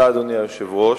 אדוני היושב-ראש,